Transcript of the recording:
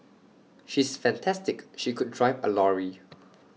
she is fantastic she could drive A lorry